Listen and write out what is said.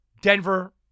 Denver